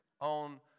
on